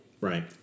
Right